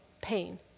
pain